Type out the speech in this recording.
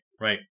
Right